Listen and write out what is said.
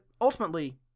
ultimately